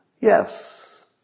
Yes